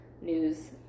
news